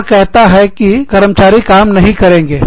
और कहता है कि के कर्मचारी काम नहीं करेंगे